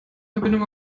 verbindung